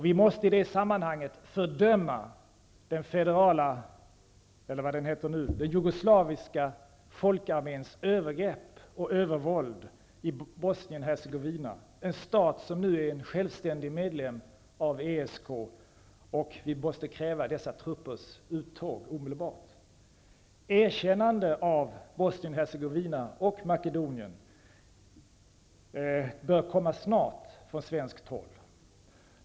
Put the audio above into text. Vi måste i det sammanhanget fördöma den jugoslaviska folkarméns övergrepp och övervåld i Bosnien Hercegovina, en stat som nu är en självständig medlem av ESK. Vi måste kräva dessa truppers uttåg omedelbart. Makedonien bör komma snart från svenskt håll.